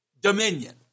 dominion